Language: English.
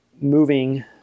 moving